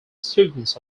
students